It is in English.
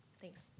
Thanks